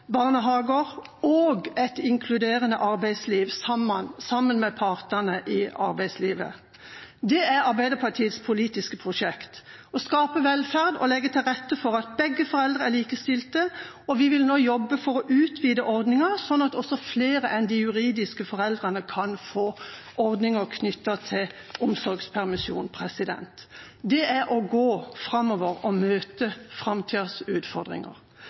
barnehager og et inkluderende arbeidsliv, sammen med partene i arbeidslivet. Det er Arbeiderpartiets politiske prosjekt å skape velferd og legge til rette for at begge foreldre er likestilte, og vi vil nå jobbe for å utvide ordningen slik at også flere enn de juridiske foreldrene kan få ordninger knyttet til omsorgspermisjon. Det er å gå framover og møte framtidas utfordringer.